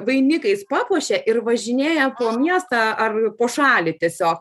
vainikais papuošia ir važinėja po miestą ar po šalį tiesio